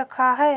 रखा है